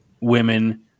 women –